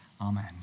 Amen